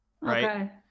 right